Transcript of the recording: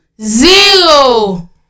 zero